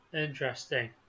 Interesting